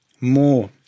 more